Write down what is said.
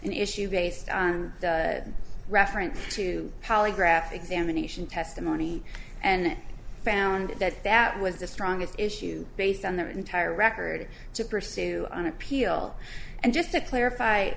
an issue based on reference to polygraph examination testimony and found that that was the strongest issue based on their entire record to pursue an appeal and just to clarify